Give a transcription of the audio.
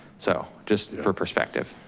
so just for perspective.